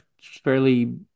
fairly